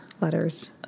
letters